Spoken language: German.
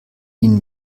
ihnen